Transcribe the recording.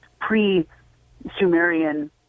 pre-Sumerian